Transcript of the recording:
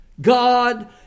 God